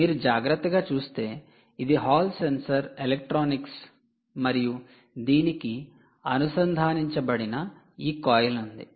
మీరు జాగ్రత్తగా చూస్తే ఇది హాల్ సెన్సార్ ఎలక్ట్రానిక్స్ మరియు దీనికి అనుసంధానించబడిన ఈ కాయిల్ ఉంది